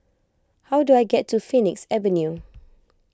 how do I get to Phoenix Avenue